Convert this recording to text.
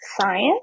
science